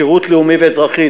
שירות לאומי ואזרחי,